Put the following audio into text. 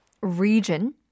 region